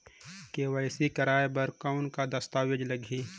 KYC कराय बर कौन का दस्तावेज लगही?